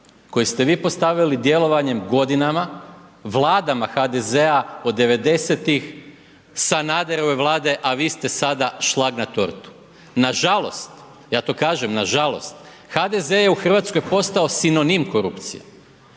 koji ste vi postavili djelovanjem godinama, Vladama HDZ-a od 90-ih, Sanaderove Vlade, a vi ste sada šlag na tortu. Nažalost, ja to kažem, nažalost, HDZ je u Hrvatskoj postao sinonim korupcije,